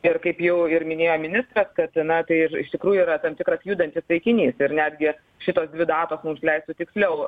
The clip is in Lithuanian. ir kaip jau ir minėjo ministras kad na tai ir iš tikrųjų yra tam tikras judantis taikinys ir netgi šitos dvi datos mums leistų tiksliau